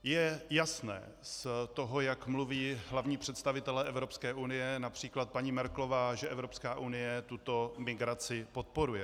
Je jasné z toho, jak mluví hlavní představitelé Evropské unie, například paní Merkelová, že Evropská unie tuto migraci podporuje.